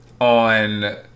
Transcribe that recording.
on